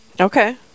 Okay